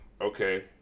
Okay